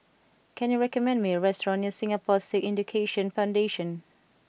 can you recommend me a restaurant near Singapore Sikh Education Foundation